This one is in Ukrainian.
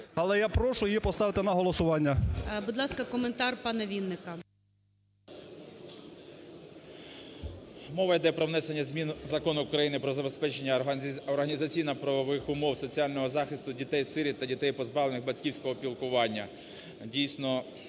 але я прошу її поставити на голосування. ГОЛОВУЮЧИЙ. Будь ласка, коментар пана Вінника. 10:17:21 ВІННИК І.Ю. Мова йде про внесення змін у Закон України "Про забезпечення організаційно-правових умов соціального захисту дітей-сиріт та дітей, позбавлених батьківського піклування. Дійсно,